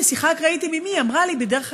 בשיחה אקראית עם אימי היא אמרה לי בדרך אגב: